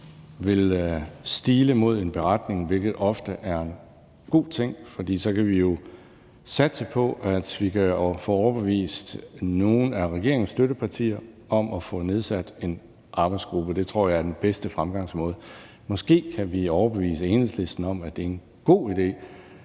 vil stile mod en beretning, hvilket ofte er en god ting, for så kan vi jo satse på, at vi kan få overbevist nogle af regeringens støttepartier om, at vi skal nedsætte en arbejdsgruppe. Det tror jeg er den bedste fremgangsmåde. Måske kan vi overbevise Enhedslisten om, at det er en god idé,